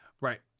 Right